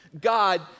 God